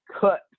cut